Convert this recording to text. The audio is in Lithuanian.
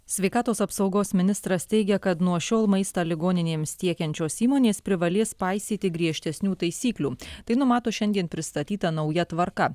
sveikatos apsaugos ministras teigia kad nuo šiol maistą ligoninėms tiekiančios įmonės privalės paisyti griežtesnių taisyklių tai numato šiandien pristatyta nauja tvarka